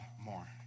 more